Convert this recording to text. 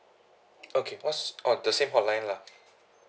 okay what's oh the same hotline lah